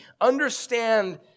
understand